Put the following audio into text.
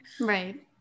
Right